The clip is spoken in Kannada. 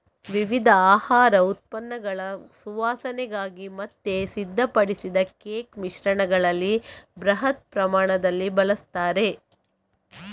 ವಿವಿಧ ಆಹಾರ ಉತ್ಪನ್ನಗಳ ಸುವಾಸನೆಗಾಗಿ ಮತ್ತೆ ಸಿದ್ಧಪಡಿಸಿದ ಕೇಕ್ ಮಿಶ್ರಣಗಳಲ್ಲಿ ಬೃಹತ್ ಪ್ರಮಾಣದಲ್ಲಿ ಬಳಸ್ತಾರೆ